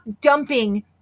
dumping